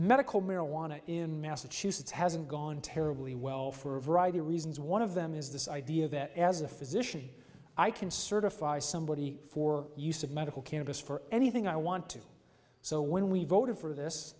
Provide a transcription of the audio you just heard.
medical marijuana in massachusetts hasn't gone terribly well for a variety of reasons one of them is this idea that as a physician i can certify somebody for use of medical cannabis for anything i want to so when we voted for this